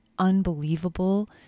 unbelievable